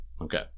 Okay